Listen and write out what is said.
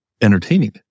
entertaining